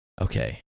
Okay